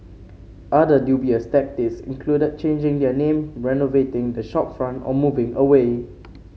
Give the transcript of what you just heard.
other dubious tactics included changing their name renovating the shopfront or moving away